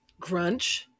Grunch